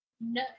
No